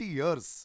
years